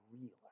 realer